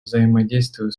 взаимодействию